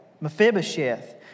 Mephibosheth